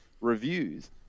reviews